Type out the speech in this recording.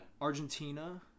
Argentina